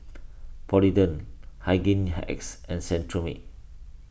Polident Hygin X and Cetrimide